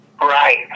right